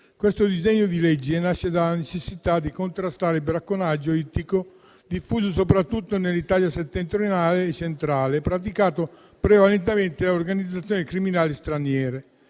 Questo disegno di legge nasce dalla necessità di contrastare il bracconaggio ittico, diffuso soprattutto nell'Italia settentrionale e centrale, praticato prevalentemente da organizzazioni criminali straniere.